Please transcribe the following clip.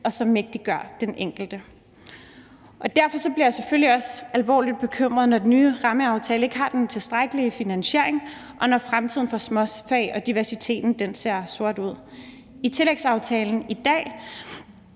og som mægtiggør den enkelte. Derfor bliver jeg selvfølgelig også alvorligt bekymret, når den nye rammeaftale ikke har den tilstrækkelige finansiering, og når fremtiden for småfag og diversiteten ser sort ud. I tillægsaftalen i dag